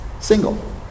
single